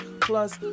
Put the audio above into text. Plus